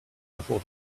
before